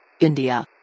India